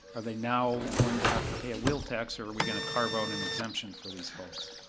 are they now going to have to pay a wheel tax or are we gonna carve out an exemption for these folks?